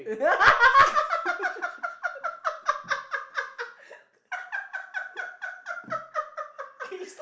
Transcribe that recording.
yeah